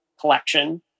collection